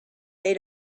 they